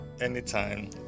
anytime